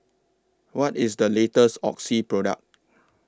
What IS The latest Oxy Product